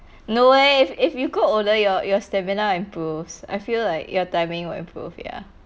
no way if if you grow older your your stamina improves I feel like your timing will improve ya